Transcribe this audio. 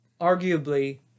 arguably